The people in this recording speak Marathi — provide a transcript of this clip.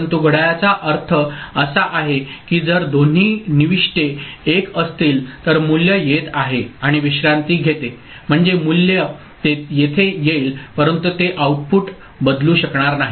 परंतु घड्याळाचा अर्थ असा आहे की जर दोन्ही निविष्टे 1 असतील तर मूल्य येत आहे आणि विश्रांती घेते म्हणजे मूल्य येथे येईल परंतु ते आउटपुट बदलू शकणार नाही